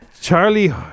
Charlie